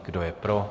Kdo je pro?